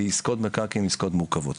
כי עסקאות מקרקעין הן עסקאות מורכבות.